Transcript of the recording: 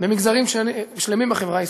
במגזרים שלמים בחברה הישראלית.